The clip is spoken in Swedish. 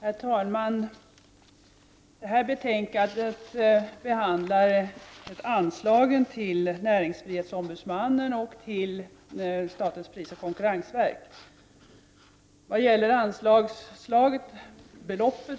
Herr talman! I detta betänkande behandlas anslagen till näringslivsombudsmannen och statens prisoch konkurrensverk. När det gäller anslagsbeloppets